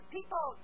people